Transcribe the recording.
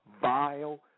vile